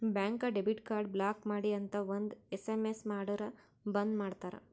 ಬ್ಯಾಂಕ್ಗ debit card block ಮಾಡ್ರಿ ಅಂತ್ ಒಂದ್ ಎಸ್.ಎಮ್.ಎಸ್ ಮಾಡುರ್ ಬಂದ್ ಮಾಡ್ತಾರ